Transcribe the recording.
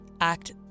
act